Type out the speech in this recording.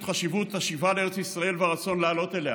חשיבות השיבה לארץ ישראל והרצון לעלות אליה,